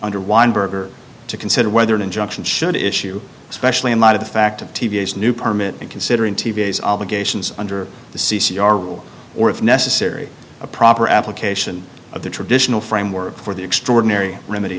under weinberger to consider whether an injunction should issue especially in light of the fact of t v s new permit and considering t v s obligations under the c c r rule or if necessary a proper application of the traditional framework for the extraordinary remedy